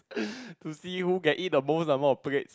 to see who can eat the most number of plates